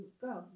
go